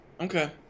okay